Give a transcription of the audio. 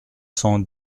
cent